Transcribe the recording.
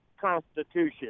constitution